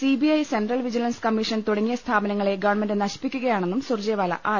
C B I Central Vigilance Commission തുടങ്ങിയ സ്ഥാപ നങ്ങളെ ഗവൺമെന്റ് നശിപ്പിക്കുകയാണെന്നും സുർജേവാല ആരോപിച്ചു